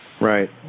Right